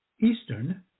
Eastern